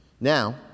Now